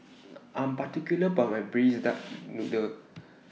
I Am particular about My Braised Duck Noodle